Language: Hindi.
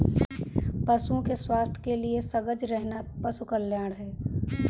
पशुओं के स्वास्थ्य के लिए सजग रहना पशु कल्याण है